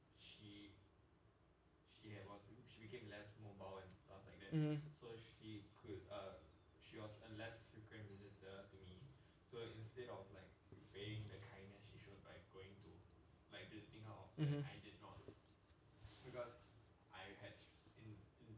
mm mmhmm